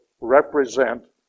represent